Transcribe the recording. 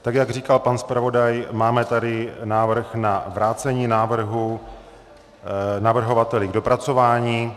Tak jak říkal pan zpravodaj, máme tady návrh na vrácení návrhu navrhovateli k dopracování.